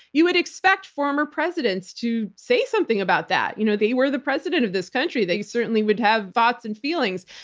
you would expect former presidents to say something about that. you know they were the president of this country, they certainly would have thoughts and feelings.